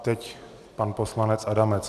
Teď pan poslanec Adamec.